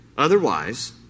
otherwise